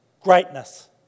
greatness